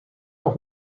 auch